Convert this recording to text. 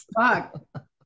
Fuck